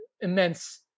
immense